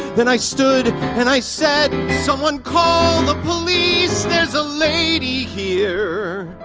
then i stood and i said someone call the police there's a lady here